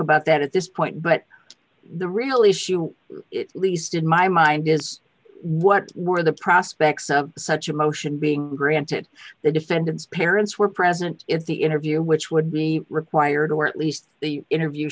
about that at this point but the real issue with it least in my mind is what were the prospects of such a motion being granted the defendant's parents were present if the interview which would be required or at least the interview